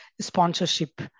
sponsorship